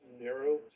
narrow